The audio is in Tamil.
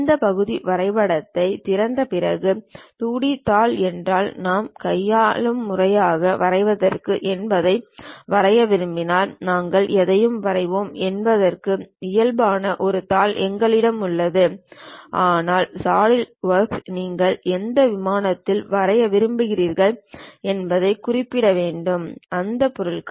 இந்த பகுதி வரைபடத்தைத் திறந்த பிறகு 2D தாள் என்றால் நாம் கைமுறையாக வரைவதற்கு எதையும் வரைய விரும்பினால் நாங்கள் எதையும் வரைவோம் என்பதற்கு இயல்பான ஒரு தாள் எங்களிடம் உள்ளது ஆனால் சாலிட்வொர்க்கிற்கு நீங்கள் எந்த விமானத்தில் வரைய விரும்புகிறீர்கள் என்பதைக் குறிப்பிட வேண்டும் அந்த பொருட்கள்